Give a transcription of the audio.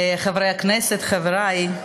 חברי הכנסת, חברי,